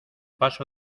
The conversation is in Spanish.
paso